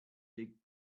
dig